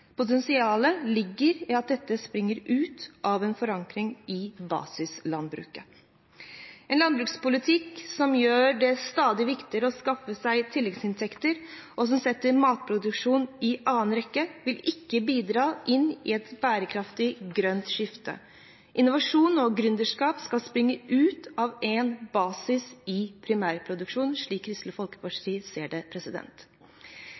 Potensialet ligger i at dette springer ut av en forankring i basislandbruket. En landbrukspolitikk som gjør det stadig viktigere å skaffe seg tilleggsinntekter, og som setter matproduksjon i annen rekke, vil ikke bidra inn i et bærekraftig grønt skifte. Innovasjon og gründerskap skal springe ut av en basis i primærproduksjonen, slik Kristelig